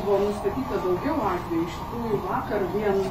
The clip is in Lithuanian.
buvo nustatyta daugiau atvejų iš tikrųjų vakar vien